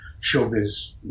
showbiz